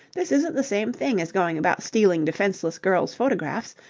this isn't the same thing as going about stealing defenceless girls' photographs.